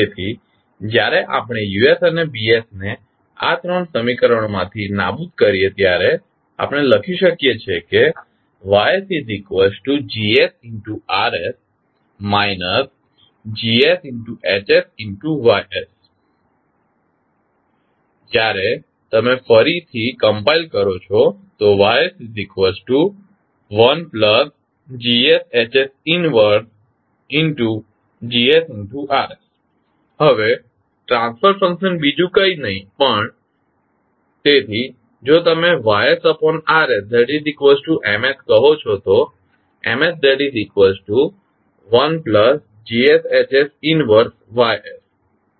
તેથી જ્યારે આપણે U અને B ને આ ત્રણ સમીકરણોમાંથી નાબૂદ કરીએ ત્યારે આપણે લખી શકીએ છીએ કે YsGsRs GsHsYs હવે જ્યારે તમે ફરીથી કમ્પાઇલ કરો YsIGsHs 1GsRs હવે ટ્રાન્સફર ફંક્શન બીજું કઇ નહી પણ તેથી જો તમે YsRsMકહો છો તો MsIGsHs 1Gs